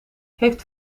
heeft